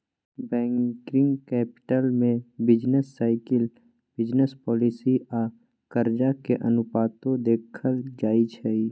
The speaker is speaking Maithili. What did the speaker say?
वर्किंग कैपिटल में बिजनेस साइकिल, बिजनेस पॉलिसी आ कर्जा के अनुपातो देखल जाइ छइ